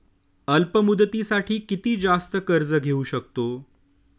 अल्प मुदतीसाठी किती जास्त कर्ज घेऊ शकतो?